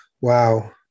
wow